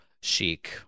Chic